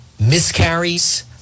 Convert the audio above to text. miscarries